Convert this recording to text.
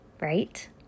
Right